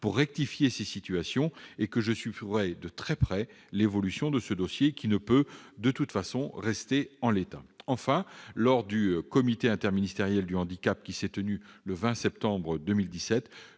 pour rectifier ces situations et que je suivrai de très près l'évolution de ce dossier, qui ne peut rester en l'état. Enfin, lors du comité interministériel du handicap qui s'est tenu le 20 septembre 2017,